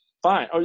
fine